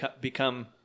become